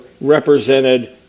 represented